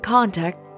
Contact